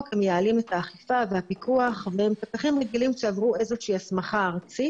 מייעלים את האכיפה והפיקוח והם פקחים רגילים שעברו איזה שהיא הסמכה ארצית